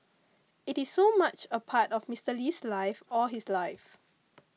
it is so much a part of Mister Lee's life all his life